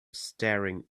staring